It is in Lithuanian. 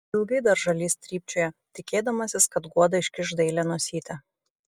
ilgai dar žalys trypčioja tikėdamasis kad guoda iškiš dailią nosytę